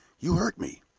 you hurt me.